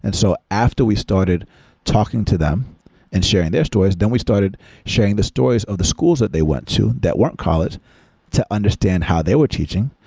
and so after we started talking to them and sharing their stories, then we started sharing the stories of the schools that they went to that weren't college to understand how they were teaching,